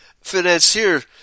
financier